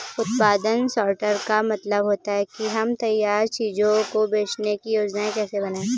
उत्पादन सॉर्टर का मतलब होता है कि हम तैयार चीजों को बेचने की योजनाएं कैसे बनाएं